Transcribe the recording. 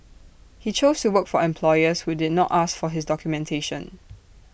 he chose to work for employers who did not ask for his documentation